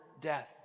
death